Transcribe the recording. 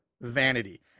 Vanity